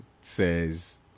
says